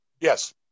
Yes